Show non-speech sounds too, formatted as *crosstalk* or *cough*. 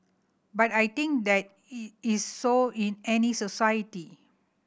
but I think that *unintelligible* is so in any society